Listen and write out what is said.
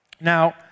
Now